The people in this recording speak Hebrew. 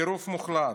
טירוף מוחלט.